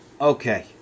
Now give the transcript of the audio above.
okay